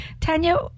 Tanya